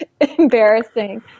embarrassing